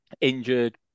Injured